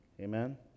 Amen